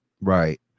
right